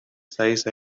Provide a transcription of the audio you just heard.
size